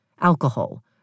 alcohol